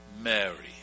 Mary